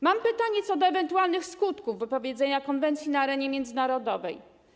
Mam pytanie o ewentualne skutki wypowiedzenia konwencji na arenie międzynarodowej.